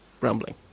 rambling